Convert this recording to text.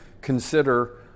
consider